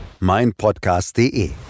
meinpodcast.de